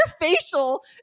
facial